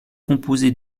composée